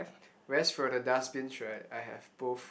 whereas for the dustbins right I have both